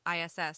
ISS